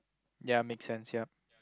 ya make sense ya